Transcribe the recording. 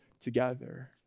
together